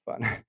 fun